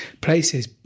places